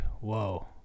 whoa